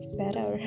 better